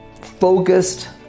focused